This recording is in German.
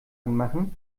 anmachen